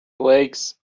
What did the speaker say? wakes